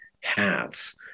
hats